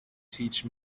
teach